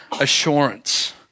assurance